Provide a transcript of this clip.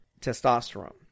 testosterone